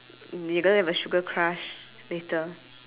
you gonna have a sugar crush later